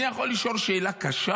אני יכול לשאול שאלה קשה?